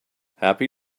happy